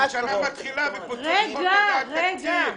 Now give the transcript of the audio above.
השנה מתחילה והקבוצות צריכות לדעת את התקציב,